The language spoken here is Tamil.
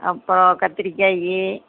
அப்புறம் கத்திரிக்காய்